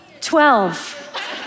Twelve